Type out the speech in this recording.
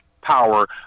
power